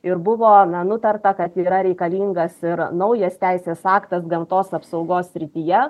ir buvo na nutarta kad yra reikalingas ir naujas teisės aktas gamtos apsaugos srityje